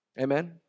Amen